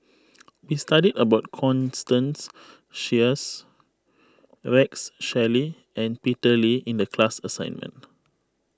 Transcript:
we studied about Constance Sheares Rex Shelley and Peter Lee in the class assignment